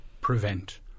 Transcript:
prevent